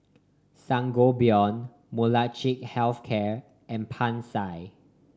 Sangobion Molnylcke Health Care and Pansy